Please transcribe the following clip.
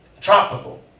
tropical